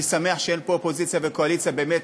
אני שמח שאין פה אופוזיציה וקואליציה, באמת,